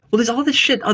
well, there's all the shit.